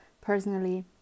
personally